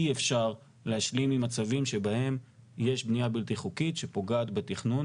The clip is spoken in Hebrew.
אי אפשר להשלים עם מצבים שבהם יש בניה בלתי חוקית שפוגעת בתכנון,